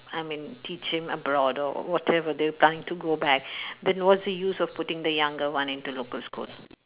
I mean teach him abroad or whatever they are planning to go back then what's the use of putting the younger one in to local school